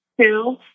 two